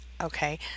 Okay